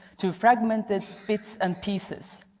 to fragmented bits and pieces.